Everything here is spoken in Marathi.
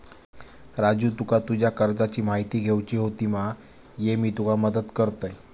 राजू तुका तुज्या कर्जाची म्हायती घेवची होती मा, ये मी तुका मदत करतय